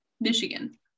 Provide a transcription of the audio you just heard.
Michigan